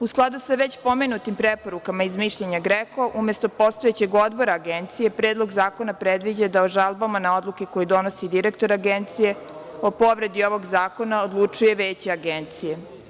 U skladu sa već pomenutim preporukama iz mišljenja GREKO, umesto postojećeg odbora Agencije, Predlog zakona predviđa da o žalbama na odluke koje donosi direktor Agencije o povredi ovog zakona odlučuje Veće Agencije.